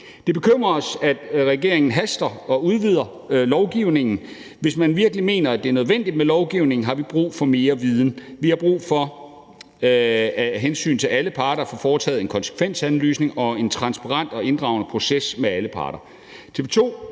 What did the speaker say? Det bekymrer os, at regeringen haster med at udvide lovgivningen. Hvis man virkelig mener, at det er nødvendigt med lovgivning, så har vi brug for mere viden. Vi har af hensyn til alle parter brug for at få foretaget en konsekvensanalyse og en transparent og inddragende proces med alle parter.